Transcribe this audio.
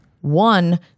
one